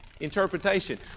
Interpretation